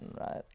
right